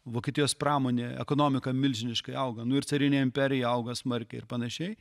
vokietijos pramonė ekonomika milžiniškai auga nu ir carinė imperija auga smarkiai ir panašiai